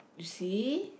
see